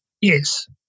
Yes